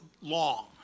long